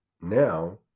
now